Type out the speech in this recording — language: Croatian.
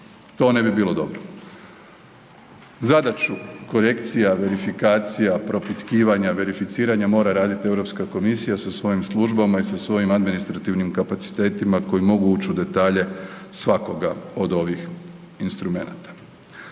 To ne bi bilo dobro. Zadaću korekcija verifikacija, propitkivanja, verificiranja mora raditi EU komisija sa svojim službama i sa svojim administrativnim kapacitetima koji mogu ući u detalje svakoga od ovih instrumenata.